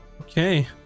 Okay